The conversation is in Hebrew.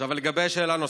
שאלה נוספת: